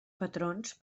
patrons